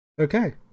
Okay